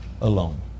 alone